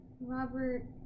Robert